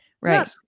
Right